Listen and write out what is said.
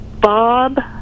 Bob